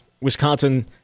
Wisconsin